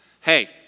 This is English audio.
hey